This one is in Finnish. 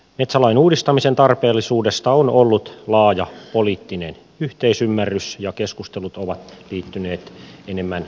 metsälain uudistamisen tarpeellisuudesta on ollut laaja poliittinen yhteisymmärrys ja keskustelut ovat liittyneet enemmän yksityiskohtiin